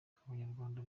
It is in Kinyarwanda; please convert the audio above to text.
abanyarwanda